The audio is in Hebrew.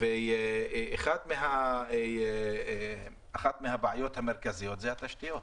אחת מהבעיות המרכזיות היא התשתיות.